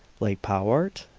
like powart?